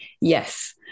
Yes